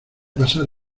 pasar